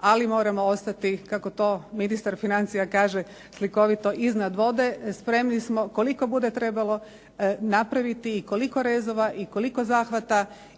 ali moramo ostati, kako to ministar financija kaže slikovito, iznad vode. Spremni smo, koliko bude trebalo napraviti i koliko rezova i koliko zahvata